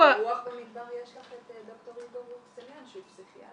ברוח במדבר יש לך את ד"ר רועי ברוך סמיאן שהוא פסיכיאטר.